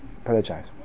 apologize